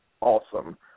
awesome